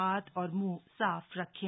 हाथ और मूंह साफ रखें